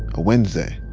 a wednesday.